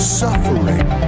suffering